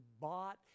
bought